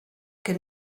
que